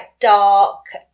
dark